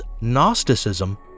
Gnosticism